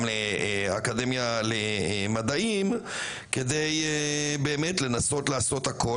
לאקדמיה למדעים כדי באמת לנסות לעשות הכול,